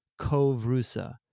Kovrusa